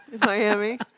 Miami